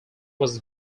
was